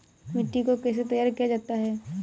मिट्टी को कैसे तैयार किया जाता है?